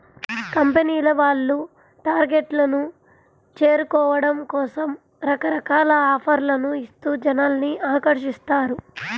కంపెనీల వాళ్ళు టార్గెట్లను చేరుకోవడం కోసం రకరకాల ఆఫర్లను ఇస్తూ జనాల్ని ఆకర్షిస్తారు